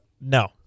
No